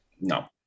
no